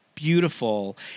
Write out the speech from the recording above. Beautiful